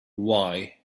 why